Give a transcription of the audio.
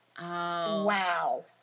Wow